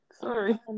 Sorry